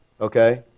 Okay